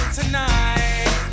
tonight